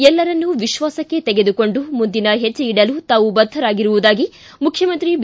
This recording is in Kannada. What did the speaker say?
ಎಲ್ಲರನ್ನೂ ವಿಶ್ವಾಸಕ್ಕೆ ತೆಗೆದುಕೊಂಡು ಮುಂದಿನ ಹೆಜ್ಜೆ ಇಡಲು ತಾವು ಬದ್ಧರಾಗಿರುವುದಾಗಿ ಮುಖ್ಯಮಂತ್ರಿ ಬಿ